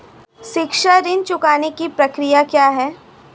शिक्षा ऋण चुकाने की प्रक्रिया क्या है?